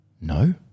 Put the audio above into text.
no